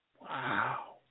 Wow